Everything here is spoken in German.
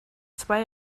zwei